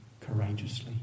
courageously